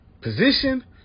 position